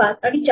5 आणि 4